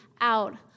out